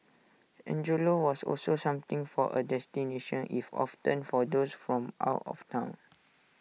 Angelo's was also something for A destination if often for those from out of Town